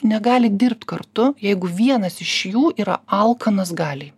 negali dirbt kartu jeigu vienas iš jų yra alkanas galiai